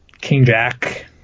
King-Jack